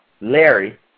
Larry